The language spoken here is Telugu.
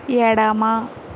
ఎడమ